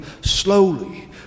slowly